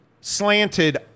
slanted